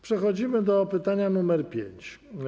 Przechodzimy do pytania nr 5.